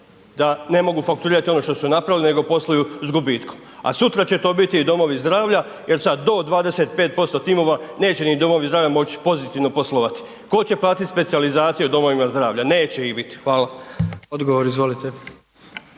da ne mogu fakturirati ono što su napravili, nego posluju s gubitkom, a sutra će to biti i domovi zdravlja jel sad do 25% timova neće ni domovi zdravlja moć pozitivno poslovati, tko će platiti specijalizaciju domovima zdravlja, neće ih biti. Hvala. **Jandroković,